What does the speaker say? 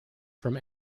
from